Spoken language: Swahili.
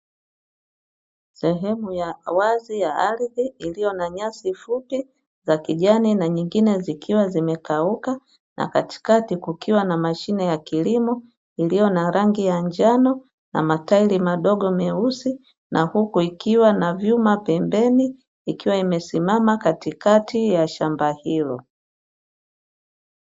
Sehemu ya wazi ya ardhi iliyo na nyasi fupi za kijani na nyingine zikiwa zimekauka, na katikati kukiwa na mashine ya kilimo iliyo na rangi ya njano na matairi madogo meusi na huku ikiwa na vyuma pembeni ikiwa imesimama katikati ya shamba hilo.